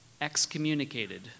excommunicated